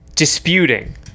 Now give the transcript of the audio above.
Disputing